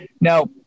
Now